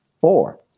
four